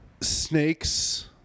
Snakes